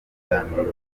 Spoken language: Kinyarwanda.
n’abanyamakuru